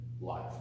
life